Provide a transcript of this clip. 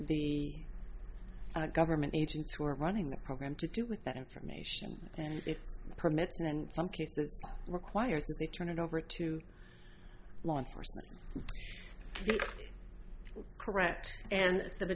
the government agents who are running the program to do with that information and if permits and in some cases requires that they turn it over to law enforcement correct and